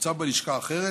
שנמצא בלשכה אחרת,